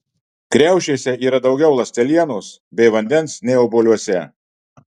kriaušėse yra daugiau ląstelienos bei vandens nei obuoliuose